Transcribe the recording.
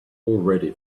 already